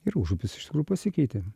ir užupis iš tikrųjų pasikeitė